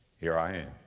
here i am.